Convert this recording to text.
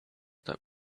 that